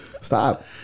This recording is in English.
stop